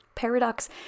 Paradox